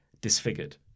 disfigured